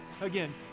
Again